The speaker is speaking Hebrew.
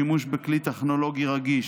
שימוש בכלי טכנולוגי רגיש,